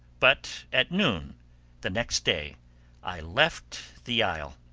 but at noon the next day i left the isle!